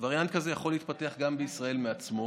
וריאנט כזה יכול להתפתח גם בישראל מעצמו,